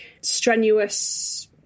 strenuous